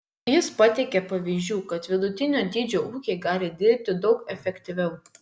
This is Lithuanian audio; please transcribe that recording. jis pateikė pavyzdžių kad vidutinio dydžio ūkiai gali dirbti daug efektyviau